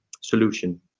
solution